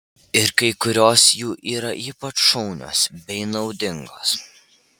ir kai kurios jų yra ypač šaunios bei naudingos